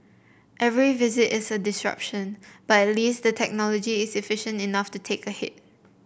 every visit is a disruption but at least the technology is efficient enough to take the hit